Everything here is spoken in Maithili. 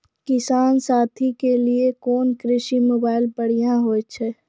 किसान साथी के लिए कोन कृषि मोबाइल बढ़िया होय छै?